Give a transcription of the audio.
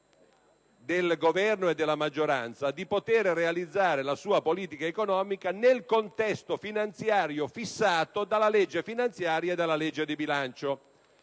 del Governo e della maggioranza di poter realizzare la propria politica economica nel contesto finanziario fissato dalla legge finanziaria e dalla legge di bilancio.